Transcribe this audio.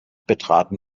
betraten